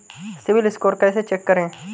CIBIL score कैसे check करें?